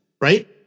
right